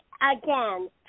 again